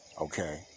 Okay